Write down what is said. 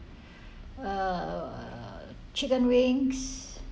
uh chicken wings